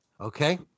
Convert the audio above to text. Okay